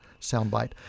soundbite